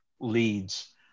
leads